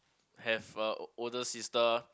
have a older sister